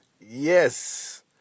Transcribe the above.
Yes